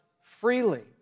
freely